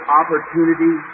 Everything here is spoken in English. opportunity